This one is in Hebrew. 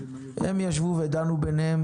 הם ישבו ודנו ביניהם,